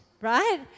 right